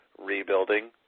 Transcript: rebuilding